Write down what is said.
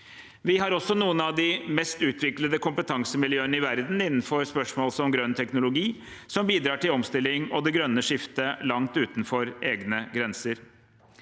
Vi har også noen av de mest utviklede kompetansemiljøene i verden innenfor spørsmål om grønn teknologi, som bidrar til omstilling og det grønne skiftet langt utenfor egne grenser.